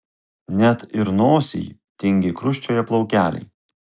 net ir nosyj tingiai krusčioja plaukeliai